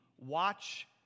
Watch